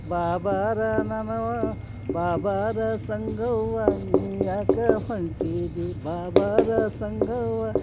ಬಾ ಬಾರೇ ನನ್ನವ್ವ ಬಾ ಬಾರೇ ಸಂಗವ್ವ ನೀ ಯಾಕೆ ಹೊಂಟೀದಿ ಬಾ ಬಾರೇ ಸಂಗವ್ವ